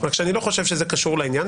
רק שאני לא חושב שזה קשור לעניין.